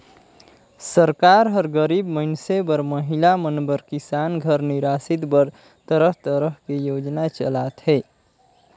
सरकार हर गरीब मइनसे बर, महिला मन बर, किसान घर निरासित बर तरह तरह के योजना चलाथे